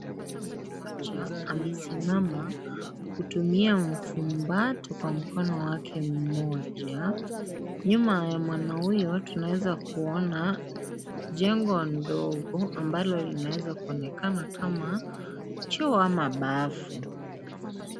Mwanaume mmoja amesimama kutumia mfumbato Kwa mkono wake moja, nyuma ya mwana huyo tunaezakuona jengo ndogo ambalo linaeza kuonekana kama choo ama bafu.